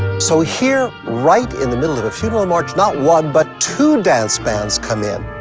so here, right in the middle of a funeral march, not one but two dance bands come in.